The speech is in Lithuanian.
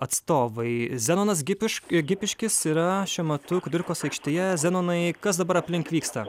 atstovai zenonas gipišk gipiškis yra šiuo metu kudirkos aikštėje zenonai kas dabar aplink vyksta